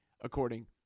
according